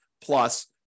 plus